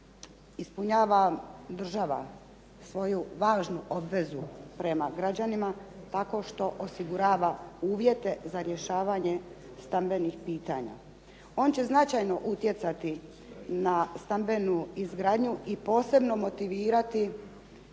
ispunja država svoju važnu obvezu prema građanima tako što osigurava uvjete za rješavanje stambenih pitanja. On će značajno utjecati na stambenu izgradnju i posebno motivirati